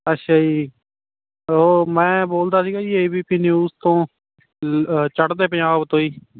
ਅੱਛਾ ਜੀ ਉਹ ਮੈਂ ਬੋਲਦਾ ਸੀਗਾ ਜੀ ਏ ਬੀ ਪੀ ਨਿਊਜ਼ ਤੋਂ ਚੜ੍ਹਦੇ ਪੰਜਾਬ ਤੋਂ ਜੀ